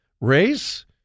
race